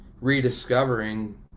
rediscovering